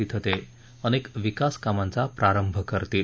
तिथं ते अनेक विकास कामांचा प्रारंभ करतील